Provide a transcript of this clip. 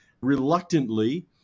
Reluctantly